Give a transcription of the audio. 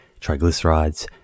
triglycerides